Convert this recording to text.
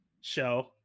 show